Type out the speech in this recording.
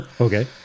Okay